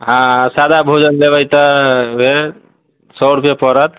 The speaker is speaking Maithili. हँ सादा भोजन लेबै तऽ ओहे सए रुपए पड़त